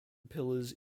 pillars